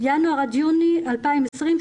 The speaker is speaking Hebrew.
ינואר-יוני 2020,